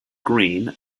green